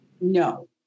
No